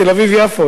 תל-אביב יפו.